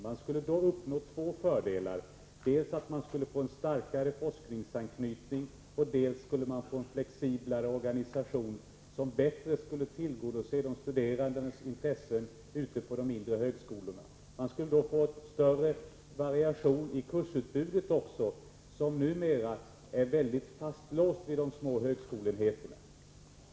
Man skulle då uppnå två fördelar: dels en starkare forskningsanknytning, dels en mera flexibel organisation som bättre skulle tillgodose de studerandes intressen ute på de mindre högskolorna. Man skulle också få större variation i kursutbudet, som numera är alltför fastlåst vid de små högskoleenheterna.